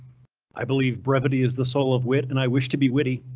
i believe brevity is the soul of wit and i wish to be witty.